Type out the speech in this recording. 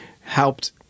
helped